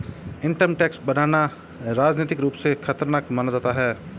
income tax बढ़ाना राजनीतिक रूप से खतरनाक माना जाता है